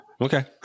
Okay